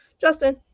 Justin